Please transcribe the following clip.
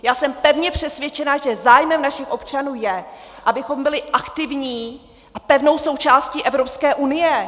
Já jsem pevně přesvědčená, že zájmem našich občanů je, abychom byli aktivní a pevnou součástí Evropské unie.